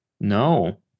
no